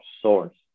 source